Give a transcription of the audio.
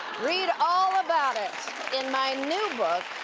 read all about it in my new book